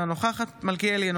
אינה נוכחת מיכאל מלכיאלי,